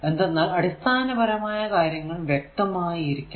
എന്തെന്നാൽ അടിസ്ഥാന പരമായ കാര്യങ്ങൾ വ്യക്തമായിരിക്കണം